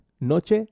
Noche